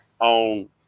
on